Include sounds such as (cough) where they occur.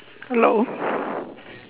hello (breath)